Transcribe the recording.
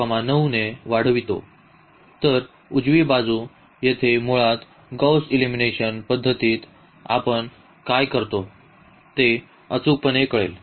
तर उजवी बाजू येथे मुळात गौस एलिमिनेशन पद्धतीत आपण काय करतो ते अचूकपणे कळेल